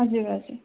हजुर हजुर